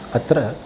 अत्र